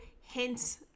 hints